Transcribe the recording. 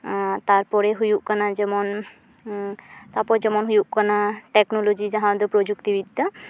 ᱛᱟᱨᱯᱚᱨᱮ ᱦᱩᱭᱩᱜ ᱠᱟᱱᱟ ᱡᱮᱢᱚᱱ ᱛᱟᱯᱚᱨ ᱡᱮᱢᱚᱱ ᱦᱩᱭᱩᱜ ᱠᱟᱱᱟ ᱴᱮᱠᱱᱚᱞᱚᱡᱤ ᱡᱟᱦᱟᱸ ᱫᱚ ᱯᱨᱚᱡᱩᱠᱛᱤ ᱵᱤᱫᱽᱫᱟ